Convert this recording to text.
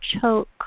choke